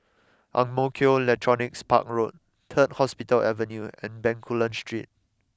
Ang Mo Kio Electronics Park Road Third Hospital Avenue and Bencoolen Street